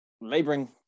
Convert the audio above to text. laboring